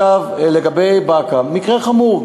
לגבי באקה, מקרה חמור.